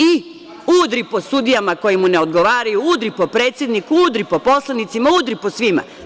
I udri po sudijama koje mu ne odgovaraju, udri po predsedniku, udri po poslanicima, udri po svima.